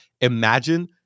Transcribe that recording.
imagine